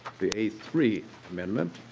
the a three amendment